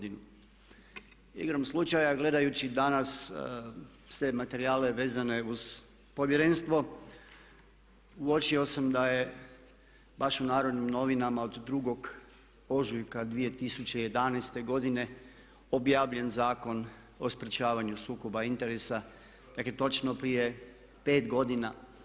Igrom slučaja gledajući danas sve materijale vezane uz Povjerenstvo uočio sam da je baš u Narodnim novinama od 2. ožujka 2011. godine objavljen Zakon o sprječavanju sukoba interesa, dakle točno prije 5 godina.